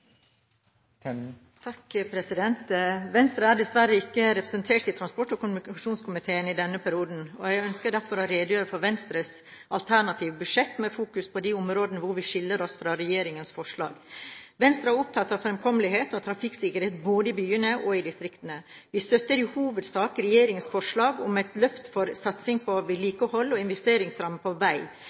Venstre er dessverre ikke representert i transport- og kommunikasjonskomiteen i denne perioden. Jeg ønsker derfor å redegjøre for Venstres alternative budsjett, med fokus på de områdene hvor vi skiller oss fra regjeringens forslag. Venstre er opptatt av fremkommelighet og trafikksikkerhet både i byene og i distriktene. Vi støtter i hovedsak regjeringens forslag om et løft for satsing på vedlikehold og investeringsramme på vei,